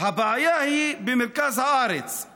הבעיה היא במרכז הארץ,